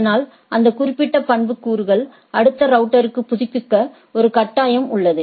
அதனால் அந்த குறிப்பிட்ட பண்புக்கூறுகள் அடுத்த ரவுட்டர்க்கு புதுப்பிக்க ஒரு கட்டாயம் உள்ளது